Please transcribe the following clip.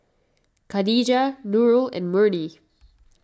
Khadija Nurul and Murni